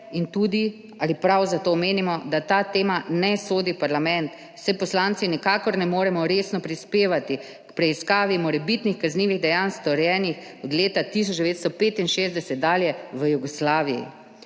in tudi ali prav zato menimo, da ta tema ne sodi v parlament, saj poslanci nikakor ne moremo resno prispevati k preiskavi morebitnih kaznivih dejanj, storjenih od leta 1965 dalje v Jugoslaviji.